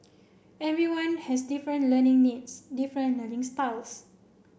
everyone has different learning needs different learning styles